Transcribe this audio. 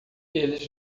eles